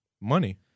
Money